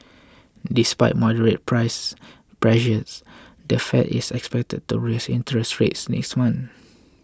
despite moderate price pressures the Fed is expected to raise interest rates next month